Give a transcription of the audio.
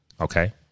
Okay